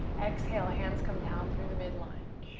exhale. hands come down through the midline.